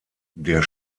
der